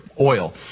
oil